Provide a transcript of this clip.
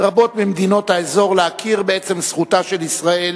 רבות ממדינות האזור להכיר בעצם זכותה של ישראל